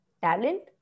talent